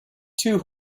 two